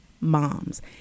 moms